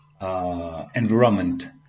environment